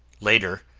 later,